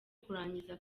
kurangiza